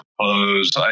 close